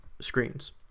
screens